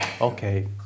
okay